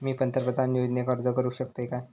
मी पंतप्रधान योजनेक अर्ज करू शकतय काय?